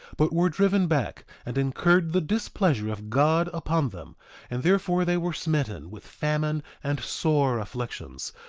but were driven back, and incurred the displeasure of god upon them and therefore they were smitten with famine and sore afflictions,